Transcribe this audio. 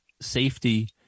safety